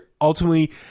Ultimately